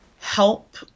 help